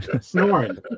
snoring